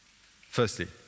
Firstly